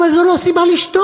אבל זו לא סיבה לשתוק,